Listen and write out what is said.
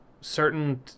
Certain